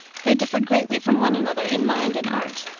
they differed greatly from one another in mind and art.